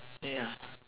ya